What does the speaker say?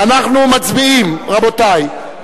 אנחנו מצביעים, רבותי.